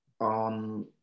on